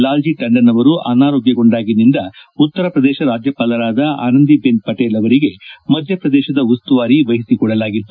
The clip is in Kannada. ಲಾಲ್ಜಿ ಟಂಡನ್ ಅವರು ಅನಾರೋಗ್ಲಗೊಂಡಾಗಿನಿಂದ ಉತ್ತರ ಪ್ರದೇಶ ರಾಜ್ಲಪಾಲರಾದ ಆನಂದಿಬೆನ್ ಪಟೀಲ್ ಅವರಿಗೆ ಮಧ್ಯಪ್ರದೇಶದ ಉಸ್ತುವಾರಿ ವಹಿಸಿಕೊಡಲಾಗಿತ್ತು